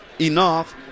enough